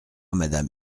madame